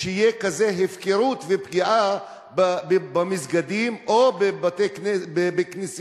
תהיה כזו הפקרות ופגיעה במסגדים או בכנסיות.